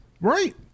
Right